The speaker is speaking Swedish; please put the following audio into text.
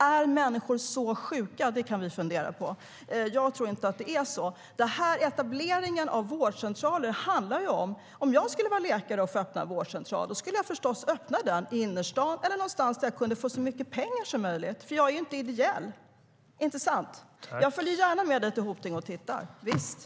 Är människor så sjuka? Det kan vi fundera på. Jag tror inte att det är så.